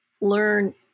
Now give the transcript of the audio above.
learn